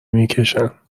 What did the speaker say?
میکشن